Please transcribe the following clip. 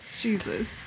Jesus